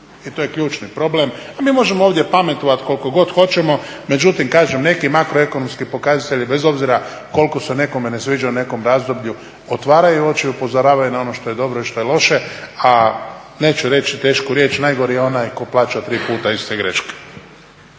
i to je ključni problem. Mi možemo ovdje pametovati koliko god hoćemo, međutim kažem neki makroekonomski pokazatelji bez obzira koliko se nekome ne sviđaju u nekom razdoblju otvaraju oči i upozoravaju na ono što je dobro i što je loše. A neću reći tešku riječ, najgori je onaj tko plaća tri puta iste greške.